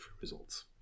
results